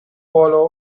polo